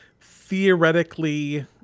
theoretically